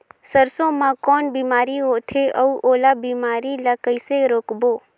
सरसो मा कौन बीमारी होथे अउ ओला बीमारी ला कइसे रोकबो?